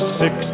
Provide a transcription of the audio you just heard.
six